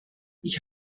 ich